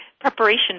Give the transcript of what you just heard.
preparation